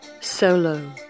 solo